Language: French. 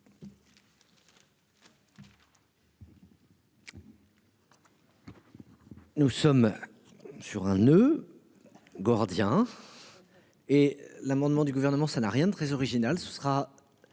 Nous sommes. Sur un noeud. Gordien. Et l'amendement du gouvernement, ça n'a rien de très original, ce sera.